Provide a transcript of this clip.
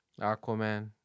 Aquaman